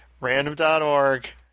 random.org